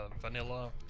vanilla